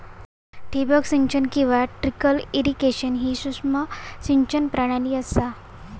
ठिबक सिंचन किंवा ट्रिकल इरिगेशन ही सूक्ष्म सिंचन प्रणाली असा